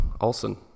Olson